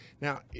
Now